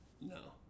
No